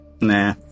Nah